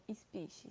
species